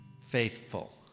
Faithful